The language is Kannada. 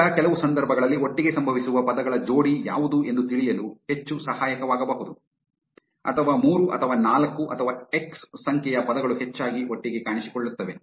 ಈಗ ಕೆಲವು ಸಂದರ್ಭಗಳಲ್ಲಿ ಒಟ್ಟಿಗೆ ಸಂಭವಿಸುವ ಪದಗಳ ಜೋಡಿ ಯಾವುದು ಎಂದು ತಿಳಿಯಲು ಹೆಚ್ಚು ಸಹಾಯಕವಾಗಬಹುದು ಅಥವಾ ಮೂರು ಅಥವಾ ನಾಲ್ಕು ಅಥವಾ ಎಕ್ಸ್ ಸಂಖ್ಯೆಯ ಪದಗಳು ಹೆಚ್ಚಾಗಿ ಒಟ್ಟಿಗೆ ಕಾಣಿಸಿಕೊಳ್ಳುತ್ತವೆ